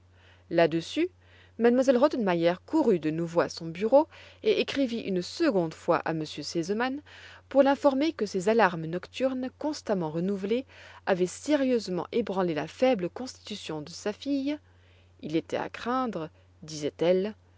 là-dessus m elle rottenmeier courut de nouveau à son bureau et écrivit une seconde fois à m r sesemann pour l'informer que ces alarmes nocturnes constamment renouvelées avaient sérieusement ébranlé la faible constitution de sa fille il était à craindre disait-elle